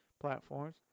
platforms